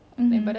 mm